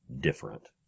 different